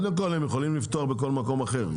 קודם כול, הם יכולים לפתוח בכל מקום אחר.